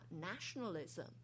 nationalism